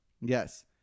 Yes